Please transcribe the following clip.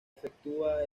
efectúa